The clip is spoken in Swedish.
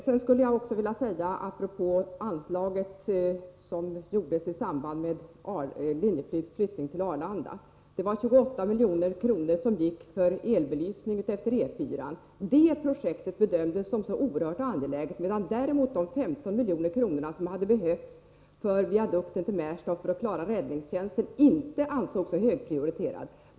Av det anslag som beviljades i samband med Linjeflygs flyttning till Arlanda gick 28 milj.kr. till elbelysning utefter E4-an. Detta projekt bedömdes som så oerhört angeläget, medan däremot de 15 milj.kr. som hade behövts för viadukten till Märsta och för att klara räddningstjänsten inte ansågs ha så hög prioritet.